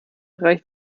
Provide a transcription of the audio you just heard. reicht